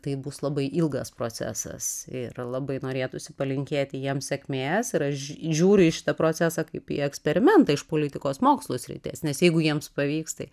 tai bus labai ilgas procesas ir labai norėtųsi palinkėti jiem sėkmės ir aš žiūriu į šitą procesą kaip į eksperimentą iš politikos mokslų srities nes jeigu jiems pavyks tai